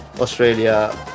Australia